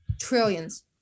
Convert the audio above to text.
Trillions